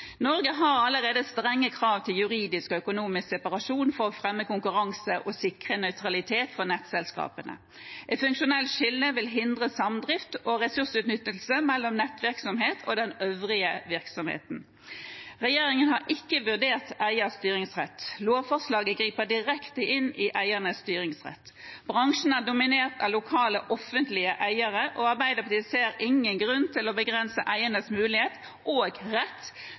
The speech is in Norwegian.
Norge har allerede strenge krav til juridisk og økonomisk separasjon for å fremme konkurranse og sikre nøytralitet for nettselskapene. Et funksjonelt skille vil hindre samdrift og ressursutnyttelse mellom nettvirksomheten og den øvrige virksomheten. Regjeringen har ikke vurdert eiernes styringsrett. Lovforslaget griper direkte inn i eiernes styringsrett. Bransjen er dominert av lokale offentlige eiere, og Arbeiderpartiet ser ingen grunn til å begrense eiernes mulighet og rett